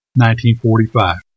1945